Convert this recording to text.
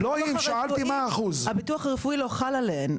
הביטוח הרפואי לא חל עליהן,